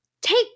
take